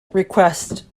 request